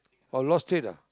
oh lost it ah